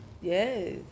Yes